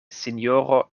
sinjoro